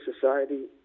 society